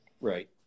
right